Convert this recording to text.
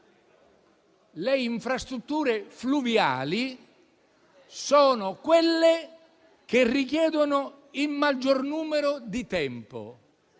le infrastrutture fluviali sono quelle che richiedono la maggiore quantità di tempo: